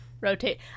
rotate